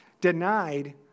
denied